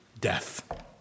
death